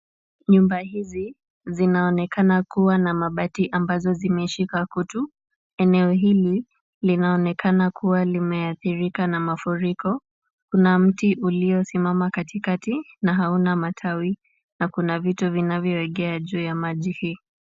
Nyumba hizi zinaonekana kuwa na mabati ambazo zimeshika kutu. Eneo hili linaonekana kuwa limeathirika na mafuriko. Kuna mti uliosimama katikati na hauna matawi na kuna vitu vinavyoegea juu ya maji hii.